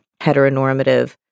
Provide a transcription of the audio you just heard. heteronormative